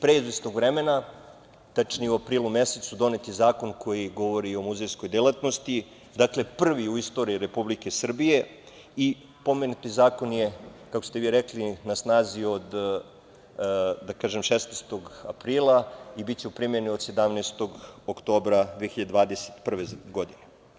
Pre izvesnog vremena, tačnije u aprilu mesecu, donet je zakon koji govori o muzejskoj delatnosti, dakle prvi u istoriji Republike Srbije i pomenuti zakon je, kako ste vi rekli, na snazi o 16. aprila i biće u primeni od 17. oktobra 2021. godine.